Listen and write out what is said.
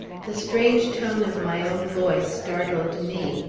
the strange tone of my own voice startled me,